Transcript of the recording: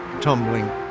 tumbling